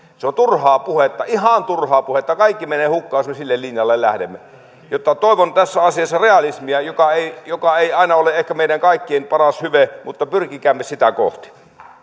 se on turhaa puhetta ihan turhaa puhetta kaikki menee hukkaan jos me sille linjalle lähdemme toivon tässä asiassa realismia joka ei joka ei aina ole ehkä meidän kaikkien paras hyve mutta pyrkikäämme sitä kohti